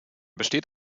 besteht